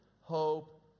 hope